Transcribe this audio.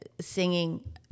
singing